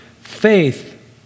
Faith